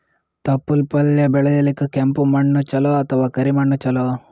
ತೊಪ್ಲಪಲ್ಯ ಬೆಳೆಯಲಿಕ ಕೆಂಪು ಮಣ್ಣು ಚಲೋ ಅಥವ ಕರಿ ಮಣ್ಣು ಚಲೋ?